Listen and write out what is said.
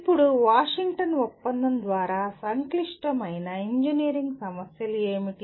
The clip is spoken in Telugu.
ఇప్పుడు వాషింగ్టన్ ఒప్పందం ద్వారా సంక్లిష్టమైన ఇంజనీరింగ్ సమస్యలు ఏమిటి